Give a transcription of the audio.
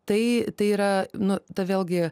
tai tai yra nu ta vėlgi